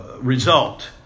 result